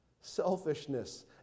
Selfishness